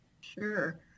Sure